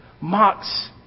mocks